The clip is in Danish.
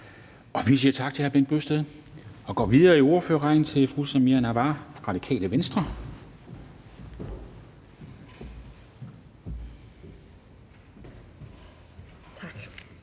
Vi siger tak til hr. Bent Bøgsted og går videre i ordførerrækken til fru Samira Nawa, Radikale Venstre.